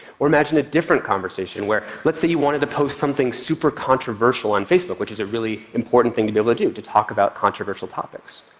or imagine a different conversation. let's say you wanted to post something supercontroversial on facebook, which is a really important thing to be able to do, to talk about controversial topics.